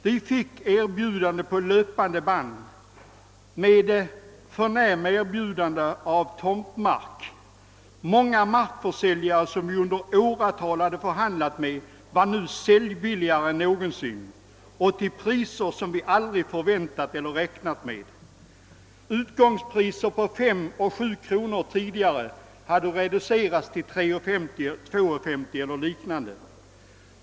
Vi fick på löpande band förnämliga erbjudanden om tomtmark. Många markförsäljare, som vi under åratal förhandlat med, var nu mera säljvilliga än någonsin och erbjöd priser som vi aldrig räknat med. Tidigare utgångsbud på mellan 5 och 7 kronor hade reducerats till mellan 2 kronor 50 öre och 3 kronor 50 öre.